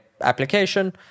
application